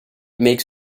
makes